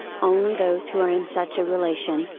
only those who are in such a relation,